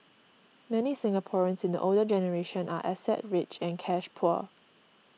many Singaporeans in the older generation are asset rich and cash poor